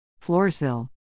Floorsville